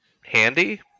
Handy